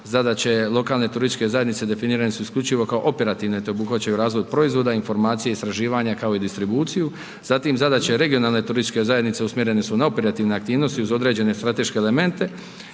zadaće lokalne turističke zajednice definirane su isključivo kao operativne te obuhvaćaju razvoj proizvoda, informacija, istraživanja, kao i distribuciju. Zatim, zadaće regionalne turističke zajednice usmjerene su na operativne aktivnosti uz određene strateške elemente